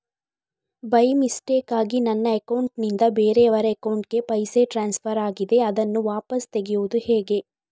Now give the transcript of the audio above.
By ಮಿಸ್ಟೇಕಾಗಿ ನನ್ನ account ನಿಂದ ಬೇರೆಯವರ ಅಕೌಂಟ್ ಗೆ ಪೈಸೆ ಟ್ರಾನ್ಸ್ಫರ್ ಆಗಿದೆ ಅದನ್ನು ವಾಪಸ್ ತೆಗೆಯೂದು ಹೇಗೆ?